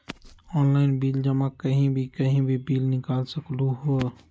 Online bill जमा कहीं भी कभी भी बिल निकाल सकलहु ह?